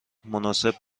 مناسب